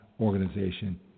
organization